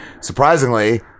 surprisingly